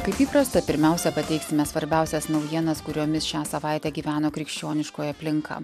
kaip įprasta pirmiausia pateiksime svarbiausias naujienas kuriomis šią savaitę gyveno krikščioniškoji aplinka